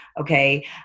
okay